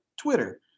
Twitter